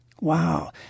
Wow